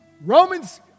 Romans